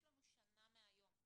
יש לנו שנה מהיום.